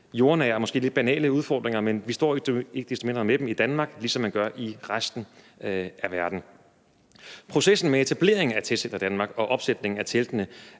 jordnære og måske lidt banale udfordringer, men vi står ikke desto mindre med dem i Danmark, ligesom man gør i resten af verden. Processen med etableringen af Testcenter Danmark og opsætningen af teltene